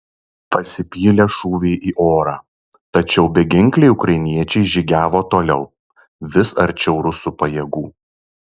pasipylė šūviai į orą tačiau beginkliai ukrainiečiai žygiavo toliau vis arčiau rusų pajėgų